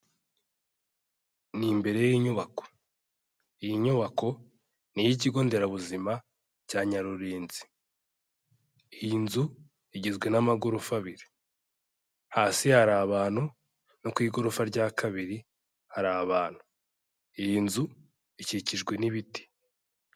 Ni imbere y'inyubako. Iyi nyubako, ni iy'ikigo nderabuzima cya Nyarurenzi. Iyi nzu, igizwe n'amagorofa abiri. Hasi hari abantu, no ku igorofa rya kabiri hari abantu. Iyi nzu ikikijwe n'ibiti.